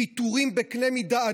פיטורים בקנה מידה אדיר,